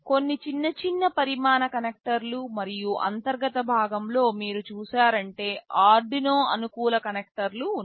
కొన్ని చిన్న చిన్న పరిమాణ కనెక్టర్లు మరియు అంతర్గత భాగంలో మీరు చూసారంటే ఆర్డునో అనుకూల కనెక్టర్లు ఉన్నాయి